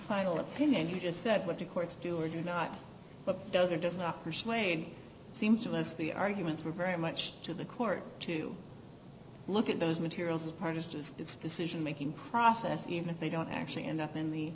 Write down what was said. final opinion you just said what the courts do or do not what does or does not persuade seems unless the arguments were very much to the court to look at those materials part is just its decision making process even if they don't actually end up in the